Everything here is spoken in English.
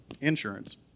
insurance